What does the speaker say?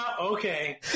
okay